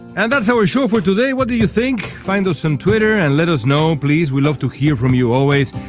and. that's our show for today what do you think. find us on um twitter and let us know please. we love to hear from you always.